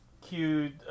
cute